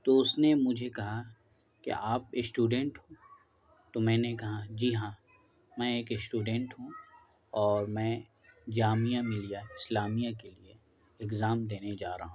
تو اس نے مجھے کہا کہ آپ اسٹوڈینٹ ہو تو میں نے کہا جی ہاں میں ایک اسٹوڈینٹ ہوں اور میں جامعہ ملیہ اسلامیہ کے لیے اگزام دینے جا رہا ہوں